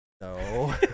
No